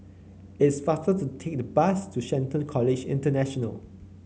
it's faster to take the bus to Shelton College International